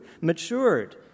matured